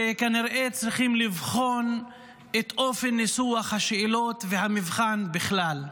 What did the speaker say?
שכנראה צריכים לבחון את אופן ניסוח השאלות ואת המבחן בכלל.